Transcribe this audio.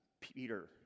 Peter